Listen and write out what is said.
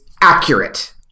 accurate